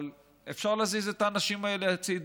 אבל אפשר להזיז את האנשים האלה הצידה,